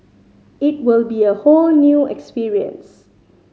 it will be a whole new experience